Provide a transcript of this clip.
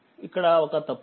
ఇక్కడ ఒక తప్పు ఉంది